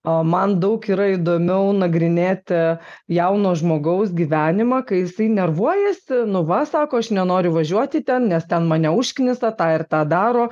o man daug yra įdomiau nagrinėti jauno žmogaus gyvenimą kai jisai nervuojasi nu va sako aš nenoriu važiuoti ten nes ten mane užknisa tą ir tą daro